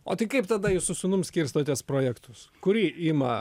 o tai kaip tada jūs su sūnum skirstotės projektus kurį ima